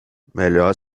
melhor